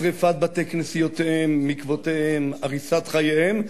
שרפת בתי-כנסיותיהם, מקוואותיהם, הריסת חייהם.